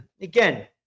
Again